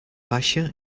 baixa